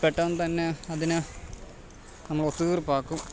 പെട്ടെന്ന് തന്നെ അതിന് നമ്മൾ ഒത്തുതീർപ്പാക്കും